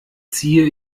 ziehe